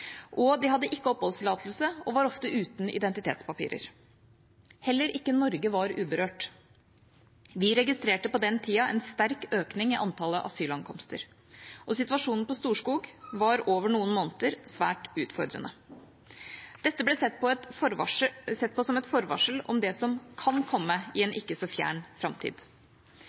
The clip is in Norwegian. Europa, de hadde ikke oppholdstillatelse og var ofte uten identitetspapirer. Heller ikke Norge var uberørt. Vi registrerte på den tida en sterk økning i antallet asylankomster, og situasjonen på Storskog var i noen måneder svært utfordrende. Dette ble sett på som et forvarsel om det som kan komme i en ikke så fjern framtid.